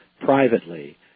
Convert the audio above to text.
privately